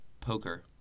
poker